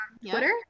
Twitter